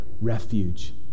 refuge